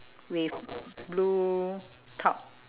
with blue top